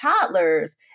toddlers